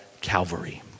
Calvary